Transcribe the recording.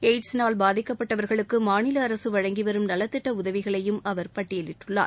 எய்ட்ஸினால் பாதிக்கப்பட்டவர்களுக்கு மாநில அரசு வழங்கி வரும் நலத்திட்ட உதவிகளையும் அவர் பட்டியலிட்டுள்ளார்